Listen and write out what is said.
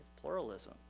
pluralism